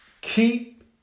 keep